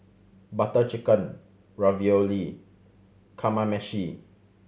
Butter Chicken Ravioli Kamameshi